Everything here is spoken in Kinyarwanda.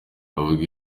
bavuga